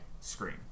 screen